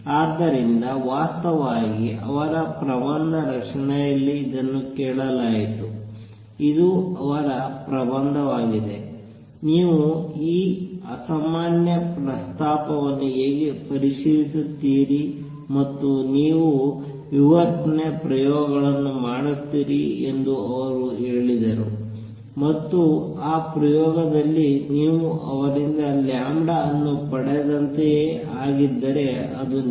ಆದ್ದರಿಂದ ವಾಸ್ತವವಾಗಿ ಅವರ ಪ್ರಬಂಧ ರಕ್ಷಣೆಯಲ್ಲಿ ಇದನ್ನು ಕೇಳಲಾಯಿತು ಇದು ಅವರ ಪ್ರಬಂಧವಾಗಿದೆ ನೀವು ಈ ಅಸಾಮಾನ್ಯ ಪ್ರಸ್ತಾಪವನ್ನು ಹೇಗೆ ಪರಿಶೀಲಿಸುತ್ತೀರಿ ಮತ್ತು ನೀವು ವಿವರ್ತನೆ ಪ್ರಯೋಗಗಳನ್ನು ಮಾಡುತ್ತೀರಿ ಎಂದು ಅವರು ಹೇಳಿದರು ಮತ್ತು ಆ ಪ್ರಯೋಗದಲ್ಲಿ ನೀವು ಅವರಿಂದ ಅನ್ನು ಪಡೆದಂತೆಯೇ ಆಗಿದ್ದರೆ ಅದು ನಿಜ